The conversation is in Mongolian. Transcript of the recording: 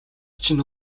чинь